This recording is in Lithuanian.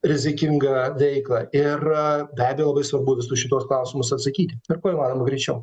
rizikingą veiklą ir be abejo labai svarbu į visus šituos klausimus atsakyti ir kuo įmanoma greičiau